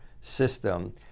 system